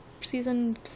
season